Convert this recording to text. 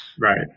Right